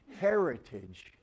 heritage